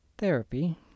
therapy